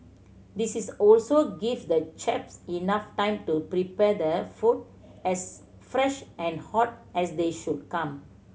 this is also give the chefs enough time to prepare the food as fresh and hot as they should come